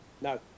No